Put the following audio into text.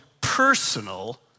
personal